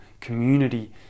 community